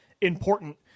important